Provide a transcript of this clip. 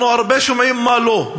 אנחנו שומעים הרבה מה לא,